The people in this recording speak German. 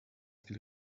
viel